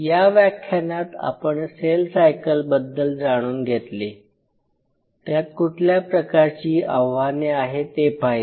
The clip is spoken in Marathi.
या व्याख्यानात आपण सेल सायकलबद्दल जाणून घेतले त्यात कुठल्या प्रकारची आव्हाने आहे ते पाहिले